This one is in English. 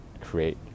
create